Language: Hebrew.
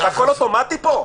הכול אוטומטי פה?